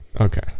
okay